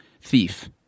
thief